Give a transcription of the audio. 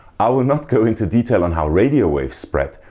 i will not go into detail on how radio waves spread,